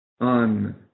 on